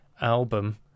album